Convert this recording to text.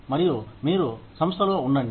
మరియు మీరు సంస్థ లో ఉండండి